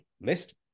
list